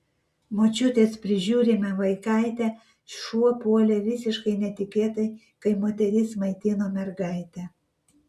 močiutės prižiūrimą vaikaitę šuo puolė visiškai netikėtai kai moteris maitino mergaitę